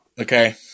Okay